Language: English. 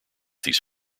these